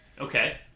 okay